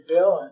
Bill